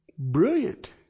Brilliant